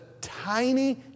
tiny